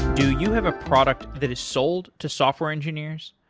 do you have a product that is sold to software engineers?